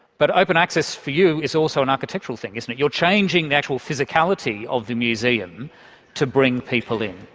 but open access for you is also an architectural thing isn't it you're changing the actual physicality of the museum to bring people in.